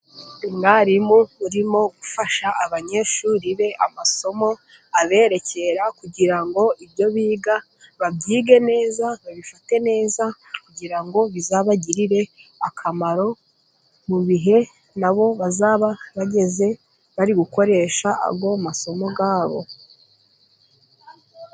Umwarimu urimo gufasha abanyeshuri be amasomo ,aberekera kugira ngo ibyo biga babyige neza ,babifate neza kugira ngo bizabagirire akamaro mu bihe na bo ,bazaba bageze bari gukoresha ayo masomo yabo.